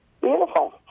Beautiful